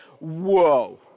whoa